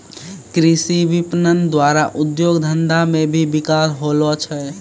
कृषि विपणन द्वारा उद्योग धंधा मे भी बिकास होलो छै